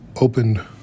opened